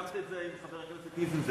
סיכמת את זה עם חבר הכנסת נסים זאב?